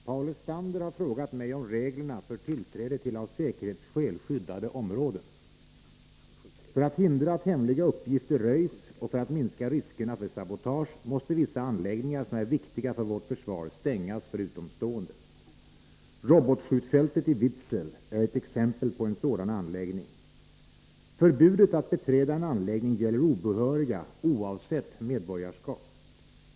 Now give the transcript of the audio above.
Herr talman! Paul Lestander har frågat mig om reglerna för tillträde till av säkerhetsskäl skyddade områden. För att hindra att hemliga uppgifter röjs och för att minska riskerna för sabotage måste vissa anläggningar som är viktiga för vårt försvar stängas för utomstående. Robotskjutfältet i Vidsel är ett exempel på en sådan anläggning. Förbudet att beträda en anläggning gäller obehöriga oavsett medborgarskap.